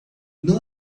não